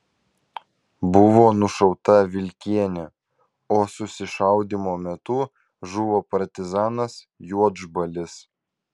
buvo nušauta vilkienė o susišaudymo metu žuvo partizanas juodžbalis